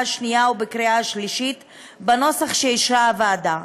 השנייה ובקריאה השלישית בנוסח שאישרה הוועדה.